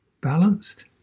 balanced